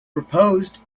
proposed